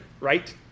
right